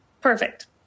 perfect